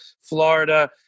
Florida